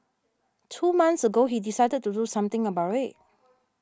two months ago he decided to do something about it